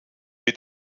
mit